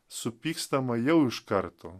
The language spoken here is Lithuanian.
supykstama jau iš karto